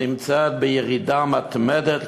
הנמצאים בירידה מתמדת,